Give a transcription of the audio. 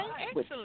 excellent